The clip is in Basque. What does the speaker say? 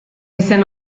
izen